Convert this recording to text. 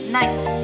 night